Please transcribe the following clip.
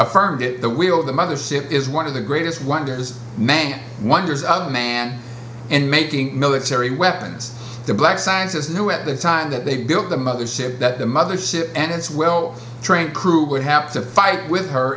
affirm that the wheel of the mother ship is one of the greatest wonders man wonders of man and making military weapons the black sciences new at the time that they built the mother ship that the mother ship and its well trained crew would have to fight with her